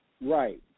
Right